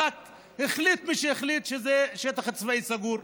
רק החליט מי שהחליט שזה שטח צבאי סגור.